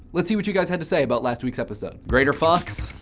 let's see what you guys had to say about last week's episode. grayderfox,